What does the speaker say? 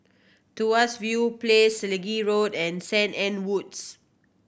Tuas View Place Selegie Road and Saint Anne Woods